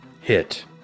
Hit